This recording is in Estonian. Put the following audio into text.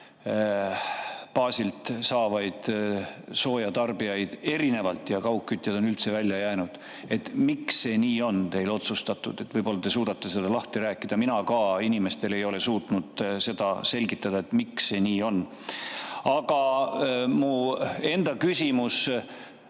baasil sooja saavaid tarbijaid erinevalt ja kaugkütjad on üldse välja jäänud. Miks see nii on teil otsustatud, võib-olla te suudate seda lahti rääkida? Mina ka ei ole suutnud inimestele selgitada, miks see nii on. Aga mu enda küsimus